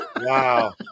Wow